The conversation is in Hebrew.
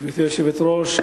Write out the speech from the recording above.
גברתי היושבת-ראש,